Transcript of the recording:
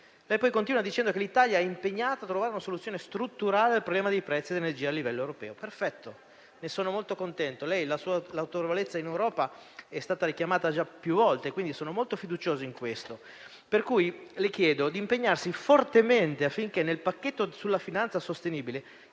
Ha poi continuato dicendo che l'Italia è impegnata a trovare una soluzione strutturale al problema dei prezzi dell'energia a livello europeo. Perfetto, ne sono molto contento. La sua autorevolezza in Europa è stata richiamata già più volte, quindi sono molto fiducioso in questo. Le chiedo pertanto di impegnarsi fortemente, affinché nel pacchetto sulla finanza sostenibile